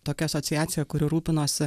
tokia asociacija kuri rūpinosi